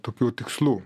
tokių tikslų